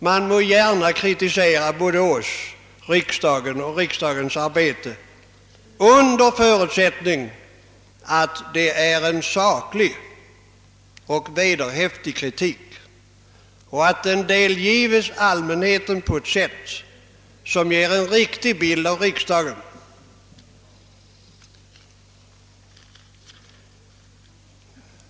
Man må gärna kritisera både oss, riksdagen och riksdagens arbete, under förutsättning att det är en saklig och vederhäftig kritik och att den delges allmänheten på ett sätt som ger en riktig bild av riksdagen.